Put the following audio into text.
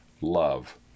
love